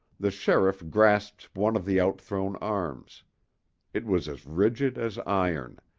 the sheriff grasped one of the outthrown arms it was as rigid as iron,